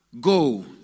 go